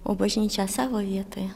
o bažnyčia savo vietoje